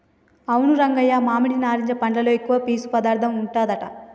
అవును రంగయ్య మామిడి నారింజ పండ్లలో ఎక్కువ పీసు పదార్థం ఉంటదట